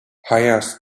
hires